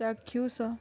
ଚାକ୍ଷୁଷ